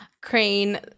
crane